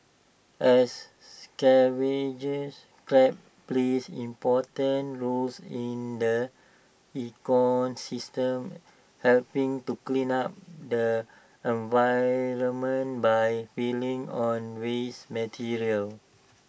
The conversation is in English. as scavengers crabs plays important roles in the ecosystem helping to clean up the environment by feeding on waste material